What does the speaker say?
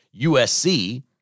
USC